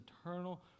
eternal